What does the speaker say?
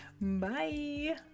Bye